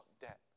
debt